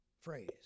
phrase